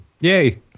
Yay